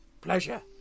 Pleasure